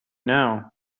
now